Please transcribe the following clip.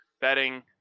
betting